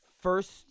first